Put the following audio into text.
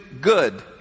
good